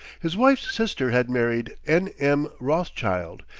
his wife's sister had married n. m. rothschild,